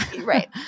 Right